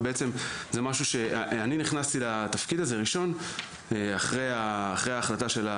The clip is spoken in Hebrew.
ובעצם זה משהו שאני נכנסתי לתפקיד הזה ראשון אחרי ההחלטה,